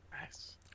nice